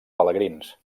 pelegrins